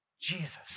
Jesus